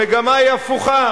המגמה היא הפוכה.